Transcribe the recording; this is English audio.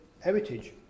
heritage